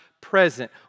present